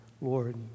Lord